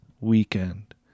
weekend